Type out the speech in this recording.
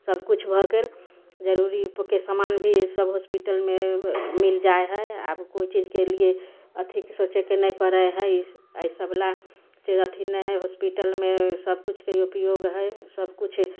सबकिछु भऽ गेल जरूरीके समान भी सब हॉस्पिटलमे जाइ हइ आब कोइ चीज के लिए अथीके सोचेके नहि पड़य हइ अइसब लए से अथी नहि हइ हॉस्पिटलमे सबकिछुके उपयोग हइ सबकिछु